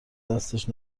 دستش